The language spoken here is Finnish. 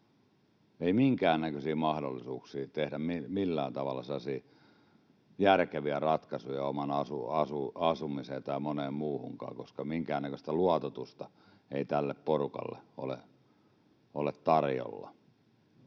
ei minkäännäköisiä mahdollisuuksia tehdä millään tavalla sellaisia järkeviä ratkaisuja omaan asumiseen tai moneen muuhunkaan, koska minkäännäköistä luototusta ei tälle porukalle ole tarjolla